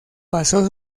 pasó